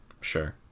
Sure